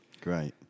Great